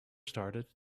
started